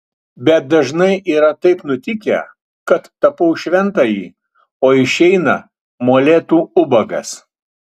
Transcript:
bet dažnai yra taip nutikę kad tapau šventąjį o išeina molėtų ubagas